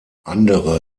andere